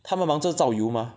他们忙着造油吗